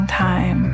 time